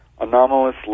anomalous